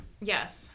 Yes